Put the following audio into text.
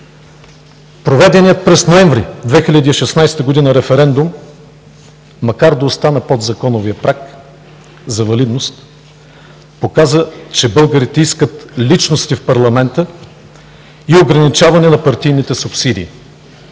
Проведеният през ноември 2016 г. референдум, макар да остана под законовия праг за валидност, показа, че българите искат личности в парламента и ограничаване на партийните субсидии.